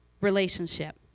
relationship